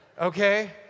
Okay